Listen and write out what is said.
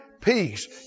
peace